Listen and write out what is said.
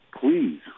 please